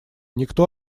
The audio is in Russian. никто